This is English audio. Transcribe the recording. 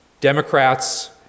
Democrats